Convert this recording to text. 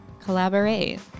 collaborate